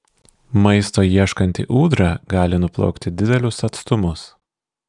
maisto ieškanti ūdra gali nuplaukti didelius atstumus